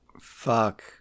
fuck